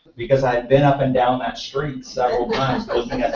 because i had been up and down that street several times